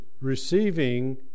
Receiving